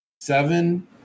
seven